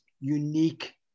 unique